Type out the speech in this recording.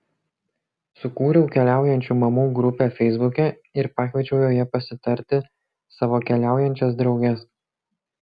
sukūriau keliaujančių mamų grupę feisbuke ir pakviečiau joje pasitarti savo keliaujančias drauges